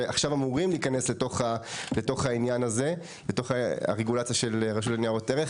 שעכשיו אמורים להיכנס לתוך הרגולציה של רשות לניירות ערך,